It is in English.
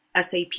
SAP